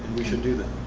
we should do that